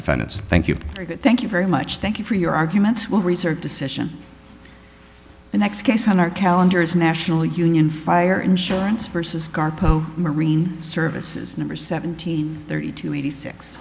defendants thank you thank you very much thank you for your arguments will reserve decision the next case on our calendar is national union fire insurance vs garko marine services number seventeen thirty two eighty six